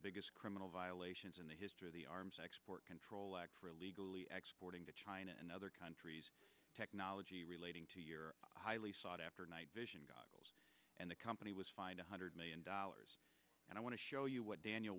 biggest criminal violations in the history of the arms export control act for illegally export into china and other countries technology relating to your highly sought after night vision goggles and the company was fined one hundred million dollars and i want to show you what daniel